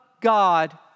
God